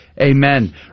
Amen